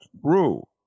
true